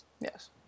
yes